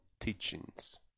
teachings